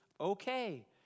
okay